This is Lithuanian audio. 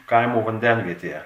kaimo vandenvietėje